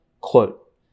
Quote